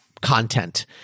content